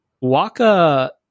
Waka